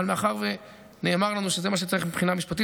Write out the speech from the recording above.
אבל מאחר שנאמר לנו שזה מה שצריך מבחינה משפטית,